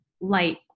light